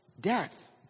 death